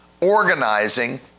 organizing